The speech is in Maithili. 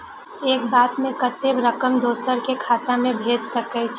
एक बार में कतेक रकम दोसर के खाता में भेज सकेछी?